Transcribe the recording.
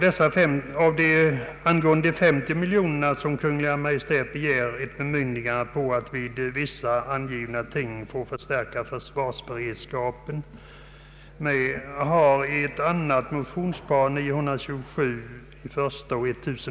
I ett annat motionspar, I:927 och II: 1083, yrkas att de 50 miljoner kronor som Kungl. Maj:t begär bemyndigade att under vissa angivna förhållanden få förstärka försvarsberedskapen med i stället måtte inbakas under jordbruksnämndens delfond.